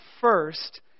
first